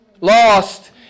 lost